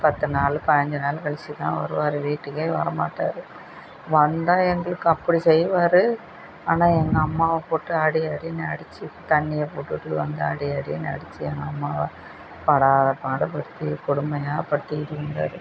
பத்து நாள் பதிஞ்சு நாள் கழிச்சிதான் வருவார் வீட்டுக்கே வரமாட்டார் வந்தால் எங்களுக்கு அப்படி செய்வார் ஆனால் எங்கள் அம்மாவை போட்டு அடி அடின்னு அடித்து தண்ணியை போட்டுவிட்டு வந்து அடி அடின்னு அடித்து எங்கள் அம்மாவை படாதபாடு படுத்தி கொடுமையாக படுத்திக்கிட்டு இருந்தார்